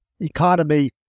economy